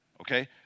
Okay